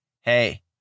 hey